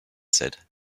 said